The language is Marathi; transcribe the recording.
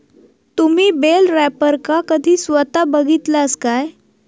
तुम्ही बेल रॅपरका कधी स्वता बघितलास काय?